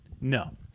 No